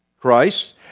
Christ